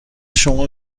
شما